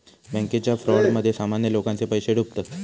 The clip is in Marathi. बॅन्केच्या फ्रॉडमध्ये सामान्य लोकांचे पैशे डुबतत